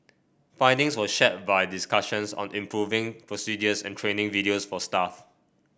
findings were shared via discussions on improving procedures and training videos for staff